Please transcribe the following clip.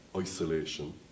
isolation